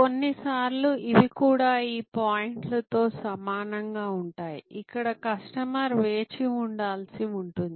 కొన్నిసార్లు ఇవి కూడా ఈ పాయింట్లు తో సమానంగా ఉంటాయి ఇక్కడ కస్టమర్ వేచి ఉండాల్సి ఉంటుంది